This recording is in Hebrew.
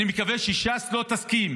אני מקווה שש"ס לא תסכים,